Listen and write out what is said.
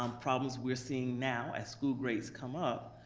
um problems we're seeing now as school grades come up.